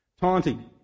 taunting